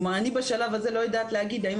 כלומר אני בשלב הזה לא יודעת להגיד האם